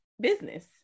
business